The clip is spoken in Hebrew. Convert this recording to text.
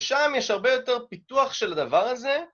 שם יש הרבה יותר פיתוח של הדבר הזה.